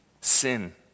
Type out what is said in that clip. sin